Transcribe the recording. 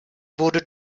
wurde